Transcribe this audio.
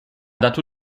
dato